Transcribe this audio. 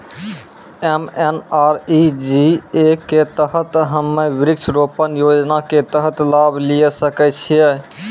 MNREGA के तहत हम्मय वृक्ष रोपण योजना के तहत लाभ लिये सकय छियै?